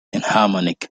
enharmonic